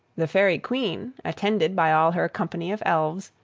the fairy queen, attended by all her company of elves,